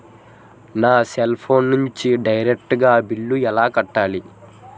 నా cell phone నుంచి direct గా బిల్లు ఎలా కట్టాలి?